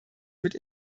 mit